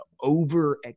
over